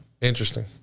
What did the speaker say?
interesting